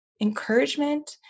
encouragement